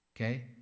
Okay